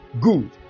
Good